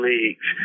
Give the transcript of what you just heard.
Leagues